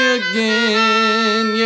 again